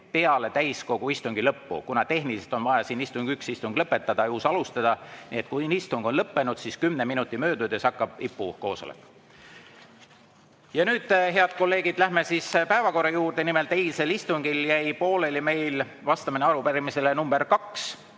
peale täiskogu istungi lõppu, kuna siin on vaja tehniliselt üks istung lõpetada ja uus alustada. Nii et kui istung on lõppenud, siis 10 minuti möödudes hakkab IPU koosolek. Ja nüüd, head kolleegid, lähme päevakorra juurde. Nimelt, eilsel istungil jäi meil pooleli vastamine arupärimisele nr 2.